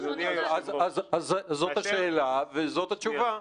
אז זאת השאלה וזאת התשובה.